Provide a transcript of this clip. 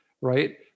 right